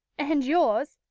and yours,